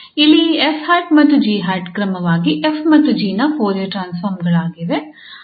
ಇಲ್ಲಿ ಈ 𝑓̂ ಮತ್ತು 𝑔̂ ಕ್ರಮವಾಗಿ 𝑓 ಮತ್ತು 𝑔 ನ ಫೋರಿಯರ್ ಟ್ರಾನ್ಸ್ಫಾರ್ಮ್ ಗಳಾಗಿವೆ